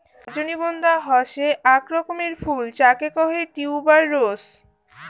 রজনীগন্ধা হসে আক রকমের ফুল যাকে কহে টিউবার রোস